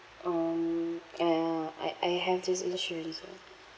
um uh I I have this insurance ah